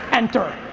enter.